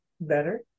better